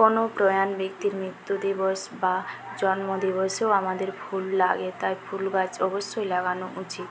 কোনো প্রয়াণ ব্যক্তির মৃত্যু দিবস বা জন্ম দিবসেও আমাদের ফুল লাগে তাই ফুল গাছ অবশ্যই লাগানো উচিত